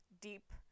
deep